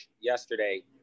yesterday